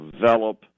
develop